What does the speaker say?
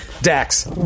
Dax